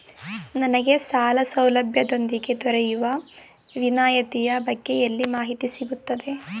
ನನಗೆ ಸಾಲ ಸೌಲಭ್ಯದೊಂದಿಗೆ ದೊರೆಯುವ ವಿನಾಯತಿಯ ಬಗ್ಗೆ ಎಲ್ಲಿ ಮಾಹಿತಿ ಸಿಗುತ್ತದೆ?